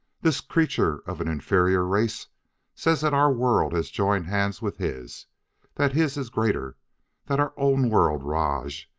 this creature of an inferior race says that our world has joined hands with his that his is greater that our own world, rajj,